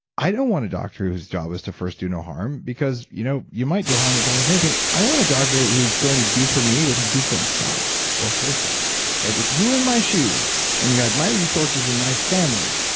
i don't want a doctor whose job is to first do no harm, because you know you might do harm with almost anything. i want a doctor who's going to do for me what he'd do for himself or herself. if you were in my shoes and you had my resources and my family,